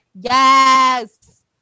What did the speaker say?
Yes